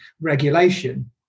regulation